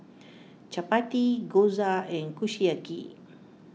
Chapati Gyoza and Kushiyaki